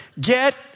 Get